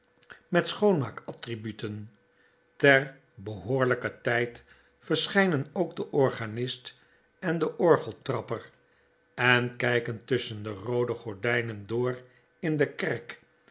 met schoonmaak attributen ter behoorlijker tijd verschijnen ook de organist en de orgeltrapper en kijken tusschen de roode gordijnen door in de kerk